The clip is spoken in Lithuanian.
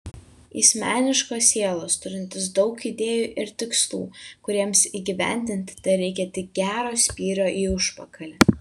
jis meniškos sielos turintis daug idėjų ir tikslų kuriems įgyvendinti tereikia tik gero spyrio į užpakalį